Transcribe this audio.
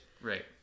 right